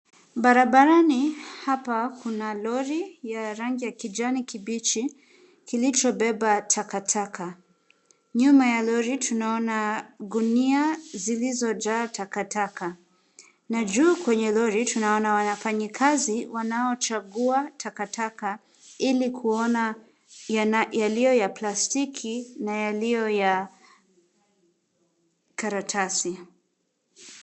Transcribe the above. Barabarani hapa kuna lori ya rangi ya kijani kibichi kilichobeba takataka. Nyuma ya lori tunaona gunia zilizojaa takataka na juu kwenye lori tunaona wafanyikazi wanaochagua takataka ili kuona yaliyo ya plastiki na yaliyo ya karatasi.